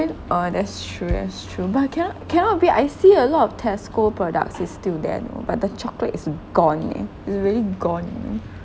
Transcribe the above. uh that's true that's true but cannot cannot be I see a lot of Tesco products is still there you know but the chocolate is gone eh is really gone you know